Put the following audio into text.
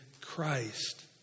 Christ